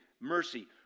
mercy